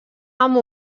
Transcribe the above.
amb